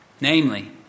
namely